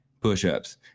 push-ups